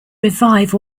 revive